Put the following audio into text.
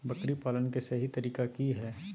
बकरी पालन के सही तरीका की हय?